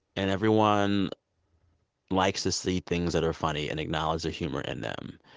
and everyone likes to see things that are funny and acknowledge the humor in them.